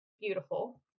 beautiful